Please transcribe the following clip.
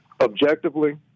objectively